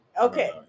okay